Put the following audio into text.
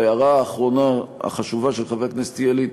להערה האחרונה החשובה של חבר הכנסת ילין,